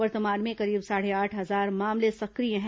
वर्तमान में करीब साढ़े आठ हजार मामले सक्रिय है